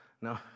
No